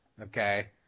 okay